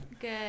Good